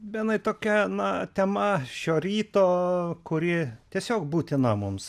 benai tokia na tema šio ryto kuri tiesiog būtina mums